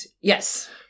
yes